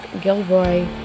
Gilroy